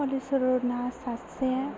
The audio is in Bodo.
हलिसरनआ सासे